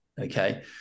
Okay